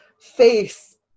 face